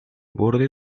borde